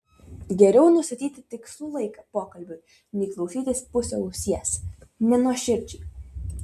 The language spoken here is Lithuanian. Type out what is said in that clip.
geriau nustatyti tikslų laiką pokalbiui nei klausytis puse ausies nenuoširdžiai